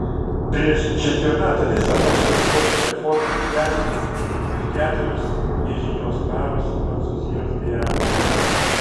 prieš čempionatą visą mūsų sportinę formą išderino ir keturios nežinios paros prancūzijos gvianoje